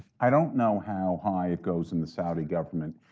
i don't know how high it goes in the saudi government.